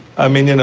i mean,